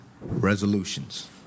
resolutions